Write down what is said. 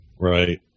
Right